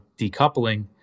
decoupling